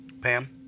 Pam